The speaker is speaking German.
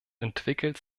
entwickelt